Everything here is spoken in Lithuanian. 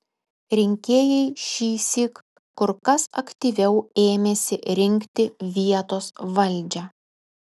rinkėjai šįsyk kur kas aktyviau ėmėsi rinkti vietos valdžią